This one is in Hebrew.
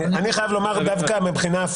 אני חייב לומר דווקא הפוך.